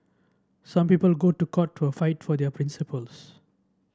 some people go to court to fight for their principles